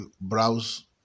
browse